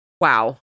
wow